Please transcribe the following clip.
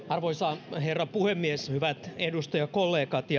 arvoisa herra puhemies hyvät edustajakollegat